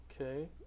Okay